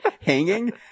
hanging